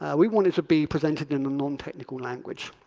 we want it to be presented in a non-technical language.